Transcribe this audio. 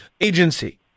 agency